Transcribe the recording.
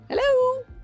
Hello